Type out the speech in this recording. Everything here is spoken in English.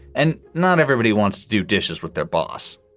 and not everybody wants to do dishes with their boss